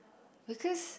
because